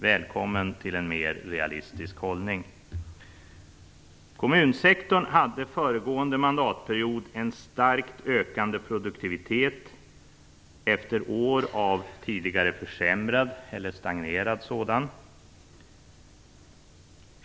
Välkommen till en mer realistisk hållning! Kommunsektorn hade föregående mandatperiod en starkt ökande produktivitet, efter år av tidigare försämrad eller stagnerad sådan.